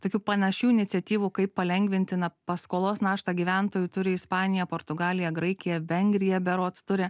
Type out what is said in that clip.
tokių panašių iniciatyvų kaip palengvinti na paskolos naštą gyventojui turi ispanija portugalija graikija vengrija berods turi